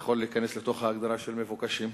יכול להיכנס לתוך ההגדרה של מבוקשים.